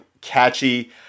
catchy